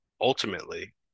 ultimately